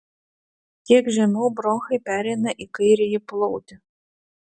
kiek žemiau bronchai pereina į kairįjį plautį